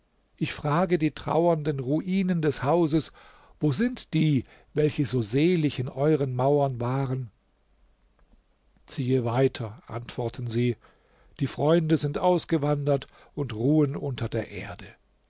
ich frage die trauernden ruinen des hauses wo sind die welche so selig in euren mauern waren ziehe weiter antworten sie die freunde sind ausgewandert und ruhen unter der erde